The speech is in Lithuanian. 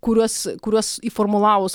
kuriuos kuriuos įformulavus